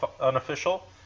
unofficial